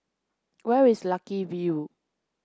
where is Lucky View